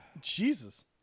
Jesus